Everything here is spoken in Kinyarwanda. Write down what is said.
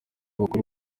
bakora